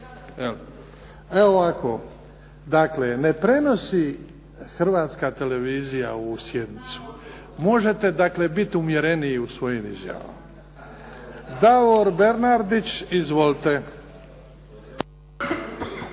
Evo ovako. Ne prenosi Hrvatska televizija ovu sjednicu. Možete dakle biti umjereniji u svojim izjavama. Davor Bernardić. Izvolite.